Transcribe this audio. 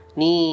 ni